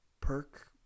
perk